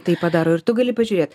taip padaro ir tu gali pažiūrėti